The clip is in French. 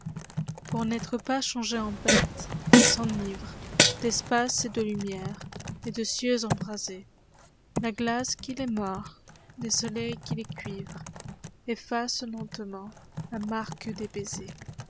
pour n'être pas changés en bêtes ils s'enivrentd'espace et de lumière et de cieux embrasés la glace qui les mord les soleils qui les cuivrent eiïacent lentement la marque